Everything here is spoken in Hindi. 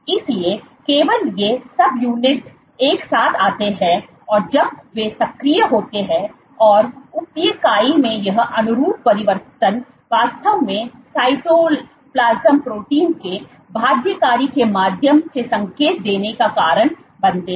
इसलिए केवल ये सबयूनिट एक साथ आते हैं जब वे सक्रिय होते हैं और उपइकाई में यह अनुरूप परिवर्तन वास्तव में साइटोप्लाज्म प्रोटीन के बाध्यकारी के माध्यम से संकेत देने का कारण बनते हैं